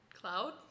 cloud